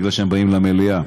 כי הם באים למליאה.